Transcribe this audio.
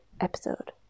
episode